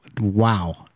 wow